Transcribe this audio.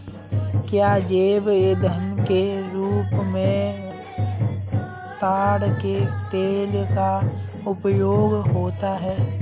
क्या जैव ईंधन के रूप में ताड़ के तेल का उपयोग होता है?